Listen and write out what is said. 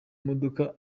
modoka